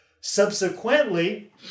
Subsequently